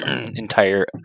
entire